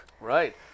Right